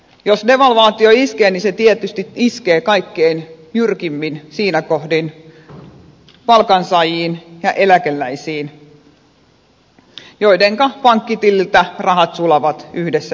jos devalvaatio iskee niin se tietysti iskee kaikkein jyrkimmin siinä kohdin palkansaajiin ja eläkeläisiin joidenka pankkitileiltä rahat sulavat yhdessä yössä